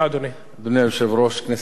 אדוני היושב-ראש, כנסת נכבדה,